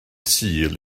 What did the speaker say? sul